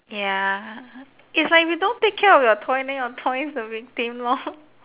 ya it's like if you don't take care of your toy then your toy's a victim lor